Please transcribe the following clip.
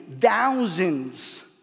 thousands